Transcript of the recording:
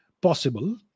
possible